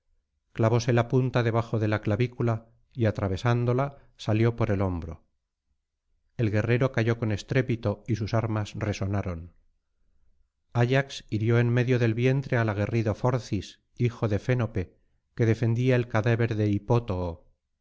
clavóse la punta debajo de la clavícula y atravesándola salió por el hombro el guerrero cayó con estrépito y sus armas resonaron ayax hirió en medio del vientre al aguerrido forcis hijo de fénope que defendía el cadáver de hipótoo